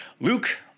Luke